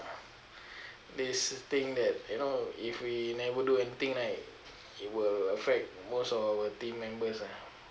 this thing that you know if we never do anything right it will affect most of our team members ah